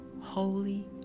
holy